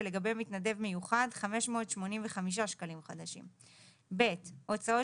ולגבי מתנדב מיוחד - 585 שקלים חדשים; הוצאות